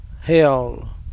Hell